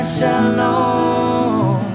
Shalom